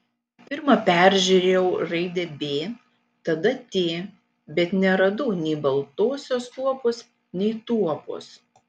pirma peržiūrėjau raidę b tada t bet neradau nei baltosios tuopos nei tuopos